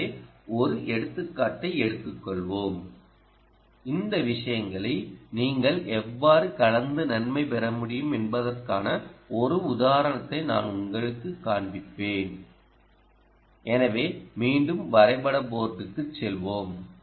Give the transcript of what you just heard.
எனவே ஒரு எடுத்துக்காட்டை எடுத்துக் கொள்வோம் இந்த விஷயங்களை நீங்கள் எவ்வாறு கலந்து நன்மை பெற முடியும் என்பதற்கான ஒரு உதாரணத்தை நான் உங்களுக்குக் காண்பிப்பேன் எனவே மீண்டும் வரைபட போர்டுக்குச் செல்வோம்